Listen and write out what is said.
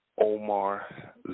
Omar